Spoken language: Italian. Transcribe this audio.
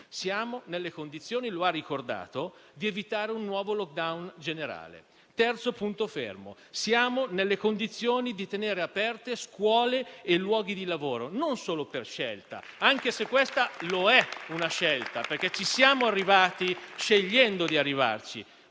siamo nelle condizioni - lo ha ricordato - di evitare un nuovo *lockdown* generale. Il terzo punto è che siamo nelle condizioni di tenere aperte scuole e luoghi di lavoro non solo per scelta, anche se questa è una scelta perché ci siamo arrivati scegliendo di arrivarci.